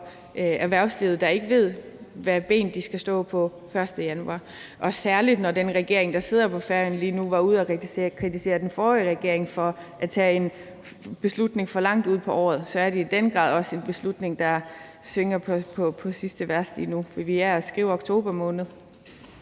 erhvervslivet, der ikke ved, hvad for et ben de skal stå på den 1. januar. Særlig når den regering, der sidder på Færøerne lige nu, har været ude at kritisere den forrige regering for at tage en beslutning for langt ude på året, så er det i den grad også en beslutning, der synger på sidste vers lige nu. For vi skriver oktober måned.